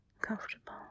comfortable